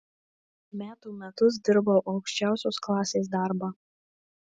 metų metus dirbau aukščiausios klasės darbą